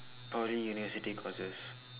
Poly university courses